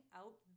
out